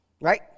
Right